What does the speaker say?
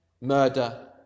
murder